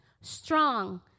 strong